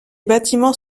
bâtiments